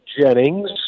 Jennings